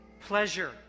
pleasure